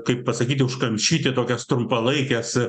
kaip pasakyti užkamšyti tokias trumpalaikes